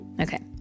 Okay